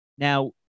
Now